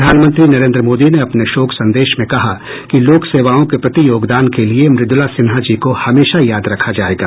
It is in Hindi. प्रधानमंत्री नरेन्द्र मोदी ने अपने शोक संदेश में कहा कि लोक सेवाओं के प्रति योगदान के लिये मृदुला सिन्हा जी को हमेशा याद रखा जायेगा